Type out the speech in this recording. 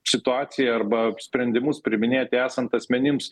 situacija arba sprendimus priiminėti esant asmenims